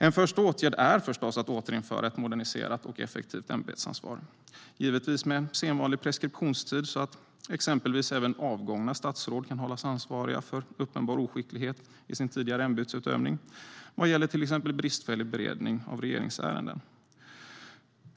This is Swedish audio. En första åtgärd är förstås att återinföra ett moderniserat och effektivt ämbetsansvar, givetvis med sedvanlig preskriptionstid så att exempelvis även avgångna statsråd kan hållas ansvariga för uppenbar oskicklighet i sin tidigare ämbetsutövning vad gäller till exempel bristfällig beredning av regeringsärenden.